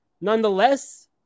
nonetheless